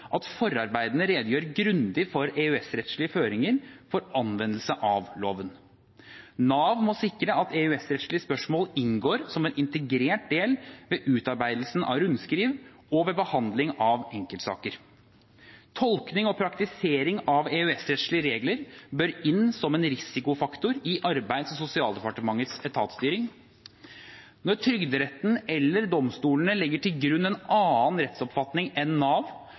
at forarbeidene redegjør grundig for EØS-rettslige føringer for anvendelsen av loven. Nav må sikre at EØS-rettslige spørsmål inngår som en integrert del ved utarbeidelsen av rundskriv og ved behandling av enkeltsaker. Tolkning og praktisering av EØS-rettslige regler bør inn som en risikofaktor i Arbeids- og sosialdepartementets etatsstyring. Når Trygderetten eller domstolene legger til grunn en annen rettsoppfatning enn Nav,